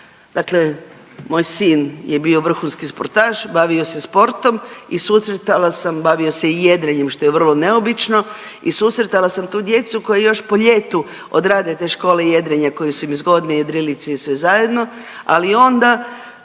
dakle moj sin je bio vrhunski sportaš, bavio se sportom i susretala sam bavio se jedrenjem što je vrlo neobično i susretala sam tu djecu koja još po ljetu odrade te škole jedrenja koje su im zgodne jedrilice i sve zajedno, ali onda